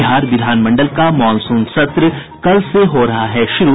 बिहार विधानमंडल का मॉनसून सत्र कल से हो रहा है शुरू